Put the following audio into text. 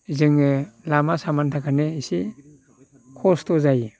जोङो लामा सामानि थाखायनो एसे खस्थ जायो